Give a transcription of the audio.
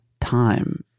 time